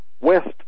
West